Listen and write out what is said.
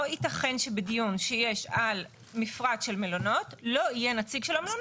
לא יתכן שבדיון שיש על מפרט של מלונות לא יהיה נציג של המלונות.